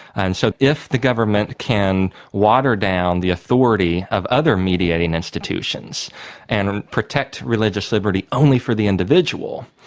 and so if the government can water down the authority of other mediating institutions and protect religious liberty only for the individual,